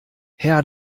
her